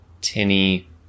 tinny